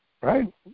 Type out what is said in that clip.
right